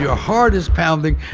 heart is pounding.